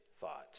thought